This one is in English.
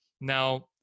Now